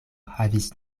havis